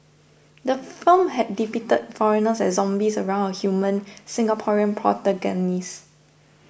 the film had depicted foreigners as zombies around a human Singaporean protagonist